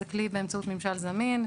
זה כלי באמצעות מימשל זמין,